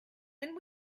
and